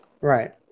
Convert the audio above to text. Right